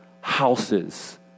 houses